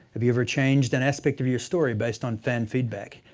have you ever changed an aspect of your story based on fan feedback,